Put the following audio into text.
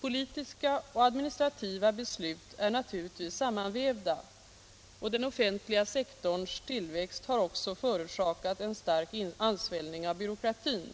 Politiska och administrativa beslut är naturligtvis sammanvävda, och den offentliga sektorns tillväxt har också förorsakat en stark ansvällning av byråkratin.